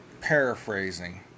paraphrasing